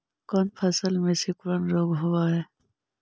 कोन फ़सल में सिकुड़न रोग होब है?